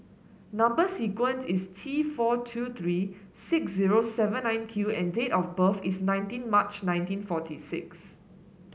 number sequence is T four two three six zero seven nine Q and date of birth is nineteen March nineteen forty six